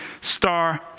Star